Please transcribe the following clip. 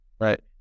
right